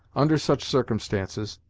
under such circumstances,